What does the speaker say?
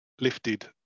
lifted